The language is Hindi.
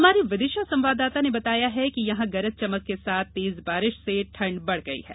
हमारे विदिशा संवाददाता ने बताया कि यहां गरज चमक के साथ तेज बारिश से ठंड बढ गई है